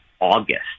August